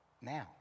now